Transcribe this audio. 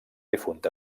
difunt